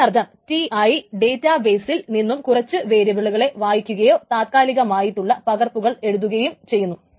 അതിനർത്ഥം Ti data ബെയിസിൽ നിന്നും കുറച്ചു വേരിയബിളുകളെ വായിക്കുകയും താൽകാലികമായിട്ടുള്ള പകർപ്പുകൾ എഴുതുകയും ചെയ്യുന്നു